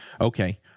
okay